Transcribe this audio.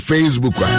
Facebook